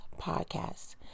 Podcast